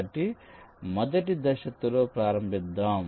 కాబట్టి మొదటి దశ తో ప్రారంభిద్దాం